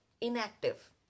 inactive